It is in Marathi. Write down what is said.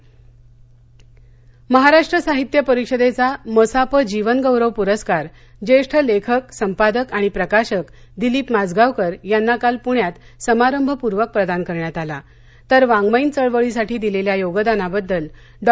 मसाप महाराष्ट्र साहित्य परिषदेचा मसाप जीवनगौरव पुरस्कार ज्येष्ठ लेखक संपादक आणि प्रकाशक दिलीप माजगावकर यांना काल पुण्यात समारंभपूर्वक प्रदान करण्यात आला तर वाङमयीन चळवळीसाठी दिलेल्या योगदानाबद्दल डॉ